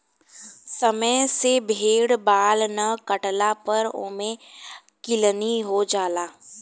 समय से भेड़ बाल ना काटला पर ओमे किलनी हो जाला